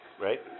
right